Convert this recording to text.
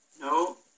No